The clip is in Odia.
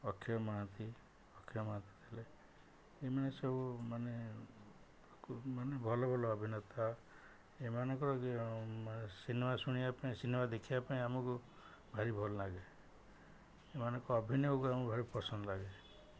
ଅକ୍ଷୟ ମହାନ୍ତି ଅକ୍ଷୟ ମହାନ୍ତି ଥିଲେ ଏମାନେ ସବୁ ମାନେ ମାନେ ଭଲ ଭଲ ଅଭିନେତା ଏମାନଙ୍କର ସିନେମା ଶୁଣିବା ପାଇଁ ସିନେମା ଦେଖିବା ପାଇଁ ଆମକୁ ଭାରି ଭଲ ଲାଗେ ଏମାନଙ୍କ ଅଭିନୟକୁ ଆମକୁ ଭାରି ପସନ୍ଦ ଲାଗେ